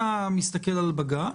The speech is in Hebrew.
אתה מסתכל על בג"ץ.